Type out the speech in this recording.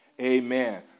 amen